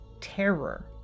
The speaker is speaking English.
terror